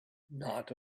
not